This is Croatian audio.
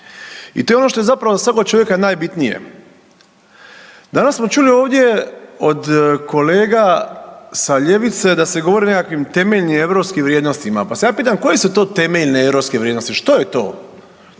i to je ono što je zapravo kod svakog čovjeka najbitnije. Danas smo čuli ovdje od kolega sa ljevice da se govori o nekakvim temeljenim europskim vrijednostima, pa se ja pitam koje su temeljne europske vrijednosti, što je to,